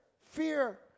Fear